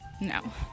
No